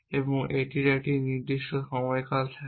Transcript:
এবং এটির একটি নির্দিষ্ট সময়কাল থাকে